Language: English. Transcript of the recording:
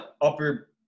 upper